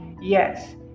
Yes